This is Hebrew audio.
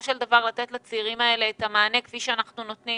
של דבר לתת לצעירים האלה את המענה כפי שאנחנו נותנים